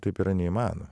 taip yra neįmanoma